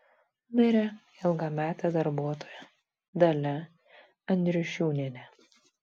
mirė ilgametė darbuotoja dalia andriušiūnienė